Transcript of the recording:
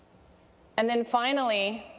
and then finally,